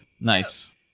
Nice